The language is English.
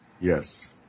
Yes